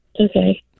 Okay